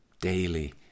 daily